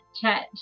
chat